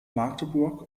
magdeburg